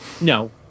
No